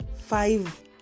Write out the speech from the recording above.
five